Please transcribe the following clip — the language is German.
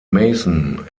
mason